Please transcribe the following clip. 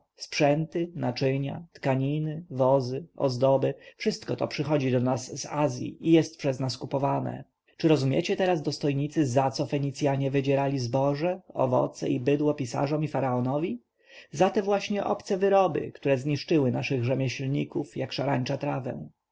sprzęty naczynia tkaniny wozy ozdoby wszystko to przychodzi do nas z azji i jest przez nas kupowane czy rozumiecie teraz dostojnicy za co fenicjanie wydzierali zboże owoce i bydło pisarzom i faraonowi za te właśnie obce wyroby które zniszczyły naszych rzemieślników jak szarańcza trawę